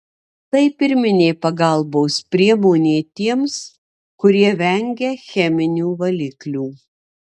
tai pirminė pagalbos priemonė tiems kurie vengia cheminių valiklių